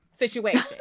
Situation